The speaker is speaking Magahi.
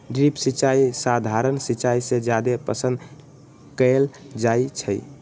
ड्रिप सिंचाई सधारण सिंचाई से जादे पसंद कएल जाई छई